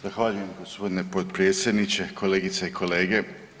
Zahvaljujem g. potpredsjedniče, kolegice i kolege.